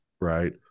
Right